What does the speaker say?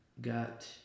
got